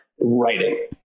writing